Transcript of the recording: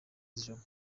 z’ijoro